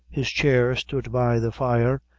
his chair stood by the fire,